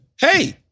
Hey